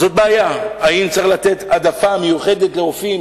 זאת בעיה, האם צריך לתת העדפה מיוחדת לרופאים